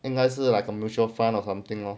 应该是 like a mutual fund or something lor